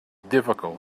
difficult